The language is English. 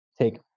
take